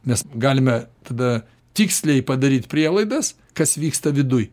nes galime tada tiksliai padaryt prielaidas kas vyksta viduj